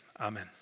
Amen